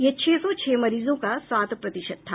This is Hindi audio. यह छह सौ छह मरीजों का सात प्रतिशत था